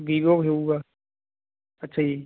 Vivo ਵੀ ਹੋਊਗਾ ਅੱਛਾ ਜੀ